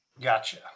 Gotcha